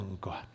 God